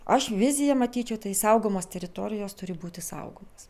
aš viziją matyčiau tai saugomos teritorijos turi būti saugomas